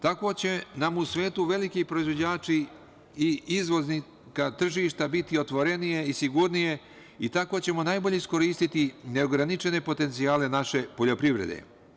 Tako će nam u svetu veliki proizvođači i izvoznička tržišta biti otvorenije i sigurnije i tako ćemo najbolje iskoristiti neograničene potencijale naše poljoprivrede.